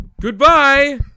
Goodbye